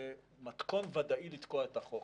זה מתכון ודאי לתקוע את החוק.